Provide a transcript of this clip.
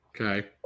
Okay